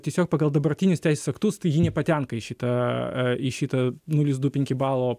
tiesiog pagal dabartinius teisės aktus tai ji nepatenka į šitą į šitą nulis du penki balo